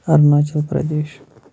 Arunachal Pradesh